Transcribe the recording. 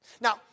Now